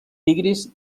tigris